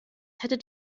hättet